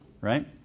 right